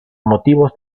motivos